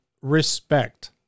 respect